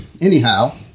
Anyhow